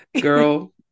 girl